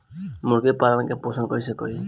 मुर्गी के पालन पोषण कैसे करी?